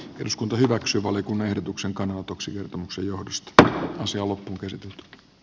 eduskunta hyväksyy valiokunnan ehdotuksen kannanotoksi kertomuksen johdosta että kosovo levittää